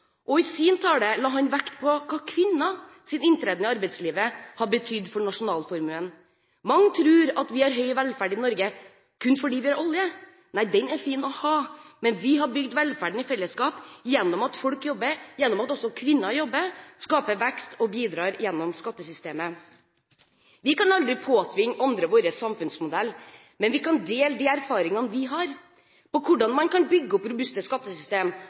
I sin tale la han vekt på hva kvinners inntreden i arbeidslivet har betydd for nasjonalformuen. Mange tror at vi har høy velferd i Norge kun fordi vi har olje. Nei, den er fin å ha, men vi har bygd velferden i fellesskap, gjennom at folk jobber, gjennom at også kvinner jobber og skaper vekst og bidrar gjennom skattesystemet. Vi kan aldri påtvinge andre vår samfunnsmodell, men vi kan dele de erfaringene vi har når det gjelder hvordan man kan bygge opp robuste